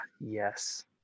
yes